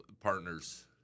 partners